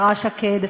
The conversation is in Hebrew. השרה שקד,